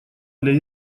для